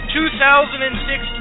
2016